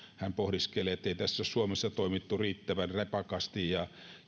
hän pohdiskeli ettei tässä ole suomessa toimittu riittävän rapakasti ja